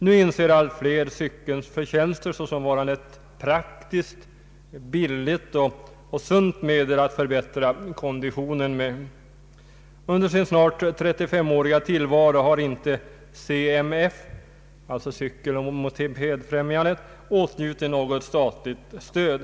Nu inser allt fler cykelns förtjänster såsom varande ett praktiskt, billigt och sunt medel att förbättra konditionen. Under sin snart 35-åriga tillvaro har CMF — alltså Cykeloch mopedfrämjandet — inte åtnjutit något statligt stöd.